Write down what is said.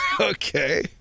Okay